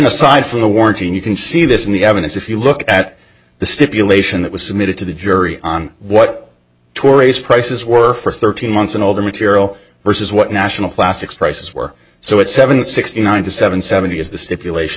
aside from the warranty and you can see this in the evidence if you look at the stipulation that was submitted to the jury on what tory's prices were for thirteen months and older material versus what national plastics prices were so it's seven sixty nine to seven seventy is the stipulation